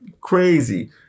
crazy